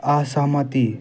असहमति